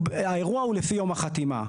האירוע הוא לפי יום החתימה.